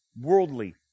Worldly